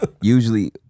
Usually